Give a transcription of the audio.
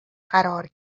قرار